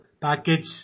package